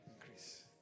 increase